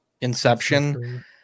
inception